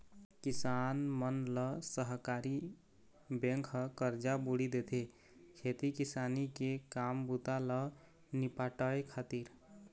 किसान मन ल सहकारी बेंक ह करजा बोड़ी देथे, खेती किसानी के काम बूता ल निपाटय खातिर